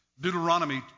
Deuteronomy